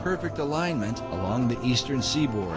perfect alignment along the eastern seaboard